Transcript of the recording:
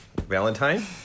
Valentine